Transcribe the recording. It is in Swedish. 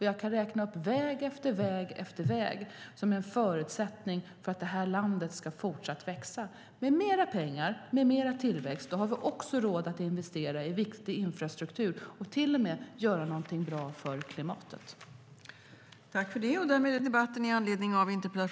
Jag kan räkna upp väg efter väg som är en förutsättning för att detta land ska fortsätta att växa. Med mer pengar och mer tillväxt har vi råd att investera i viktig infrastruktur och till och med göra någonting bra för klimatet.